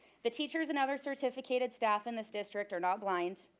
the teachers and other certificated staff in this district are not blind.